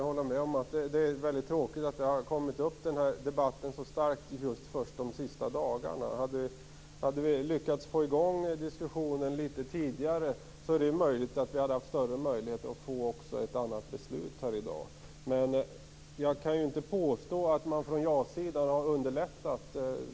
Herr talman! Jag kan hålla med om att debatten har blivit stark bara de senaste dagarna. Hade vi lyckats få i gång diskussionen tidigare är det möjligt att det hade blivit ett annat beslut i dag. Jag kan inte påstå att ja-sidan har underlättat.